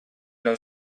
non